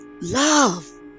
love